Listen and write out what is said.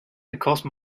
because